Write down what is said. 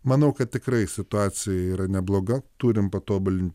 manau kad tikrai situacija yra nebloga turim patobulint